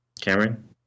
Cameron